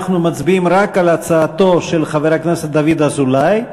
אנחנו מצביעים רק על הצעתו של חבר הכנסת דוד אזולאי,